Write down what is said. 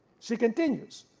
she continues,